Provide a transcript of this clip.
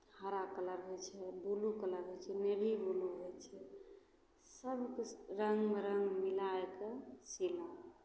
हरा कलर होइ छै ब्लू कलर होइ छै नेभी ब्लू होइ छै सबकिछु रङ्गमे रङ्ग मिलाय कऽ सीलहुँ